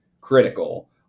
critical